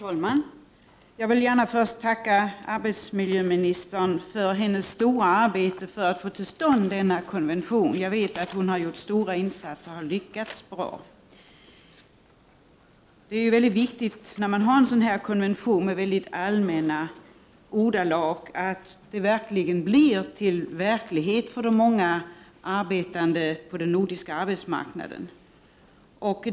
Herr talman! Först vill jag tacka arbetsmarknadsministern för hennes arbete för att få till stånd denna konvention. Jag vet att hennes insatser har varit stora och att hon har lyckats bra. När man har en konvention med allmänna ordalag är det viktigt att den blir till verklighet för många på den nordiska arbetsmarknaden.